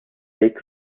weg